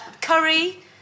Curry